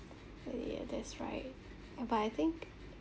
yeah that's right ah but I think